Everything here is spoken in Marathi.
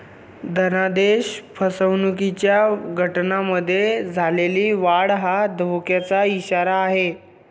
धनादेश फसवणुकीच्या घटनांमध्ये झालेली वाढ हा धोक्याचा इशारा आहे